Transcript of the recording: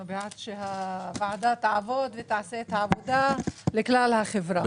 אנחנו בעד שהוועדה תעבוד ותעשה את העבודה לכלל החברה,